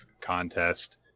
contest